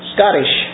Scottish